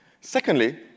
Secondly